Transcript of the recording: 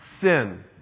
sin